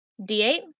d8